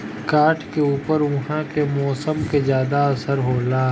काठ के ऊपर उहाँ के मौसम के ज्यादा असर होला